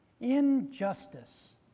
Injustice